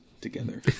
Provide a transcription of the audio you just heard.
together